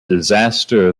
disaster